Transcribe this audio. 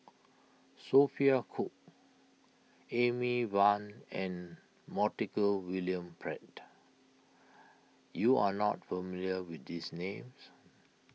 Sophia Cooke Amy Van and Montague William Pett you are not familiar with these names